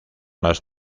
las